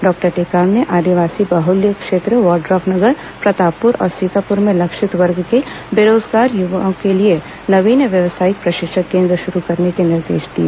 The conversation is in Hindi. डॉक्टर टेकाम ने आदिवासी बाहुल्य क्षेत्र वाड्रफनगर प्रतापपुर और सीतापुर में लक्षित वर्ग के बेरोजगार युवाओं के लिए नवीन व्यवसायिक प्रशिक्षण केन्द्र शुरू करने के निर्देश दिए